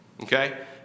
Okay